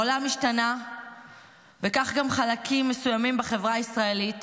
העולם השתנה וכך גם חלקים מסוימים בחברה הישראלית,